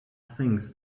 things